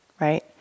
right